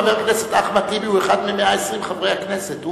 חבר הכנסת אחמד טיבי הוא אחד מ-120 חברי הכנסת.